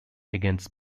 against